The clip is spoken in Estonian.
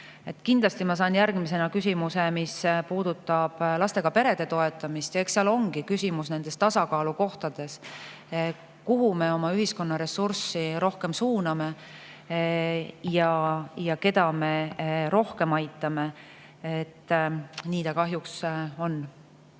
Kindlasti ma saan järgmisena küsimuse selle kohta, mis puudutab lastega perede toetamist. Eks seal ongi küsimus tasakaalukohtades, kuhu me oma ühiskonna ressurssi rohkem suuname ja keda me rohkem aitame. Nii kahjuks on.